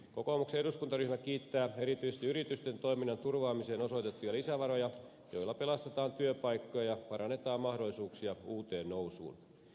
kokoomuksen eduskuntaryhmä kiittää erityisesti yritysten toiminnan turvaamiseen osoitettuja lisävaroja joilla pelastetaan työpaikkoja ja parannetaan mahdollisuuksia uuteen nousuun